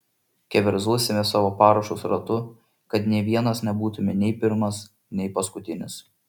keverzosime savo parašus ratu kad nė vienas nebūtume nei pirmas nei paskutinis